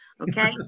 Okay